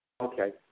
Okay